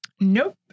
Nope